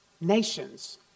nations